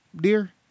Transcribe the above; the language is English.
dear